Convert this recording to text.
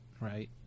right